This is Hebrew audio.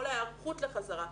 כל ההיערכות לחזרה,